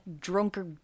drunker